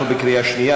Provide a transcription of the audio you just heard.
אנחנו בקריאה שנייה.